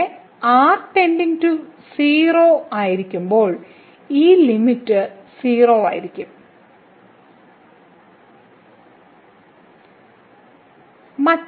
ഇവിടെ r → 0 ആയിരിക്കുമ്പോൾ ഈ ലിമിറ്റ് 0 ആയിരിക്കും ലിമിറ്റ് 0 ആണ്